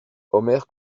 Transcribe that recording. omer